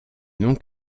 non